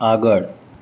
આગળ